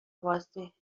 بازی